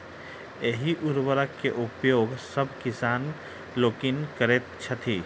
एहि उर्वरक के उपयोग सभ किसान लोकनि करैत छथि